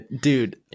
dude